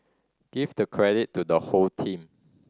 give the credit to the whole team